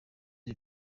ubu